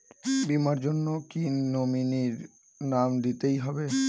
বীমার জন্য কি নমিনীর নাম দিতেই হবে?